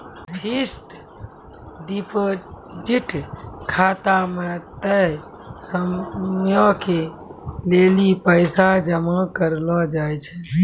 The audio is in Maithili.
फिक्स्ड डिपॉजिट खाता मे तय समयो के लेली पैसा जमा करलो जाय छै